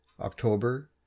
OCTOBER